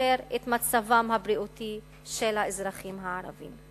את מצבם הבריאותי של האזרחים הערבים.